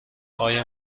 آیا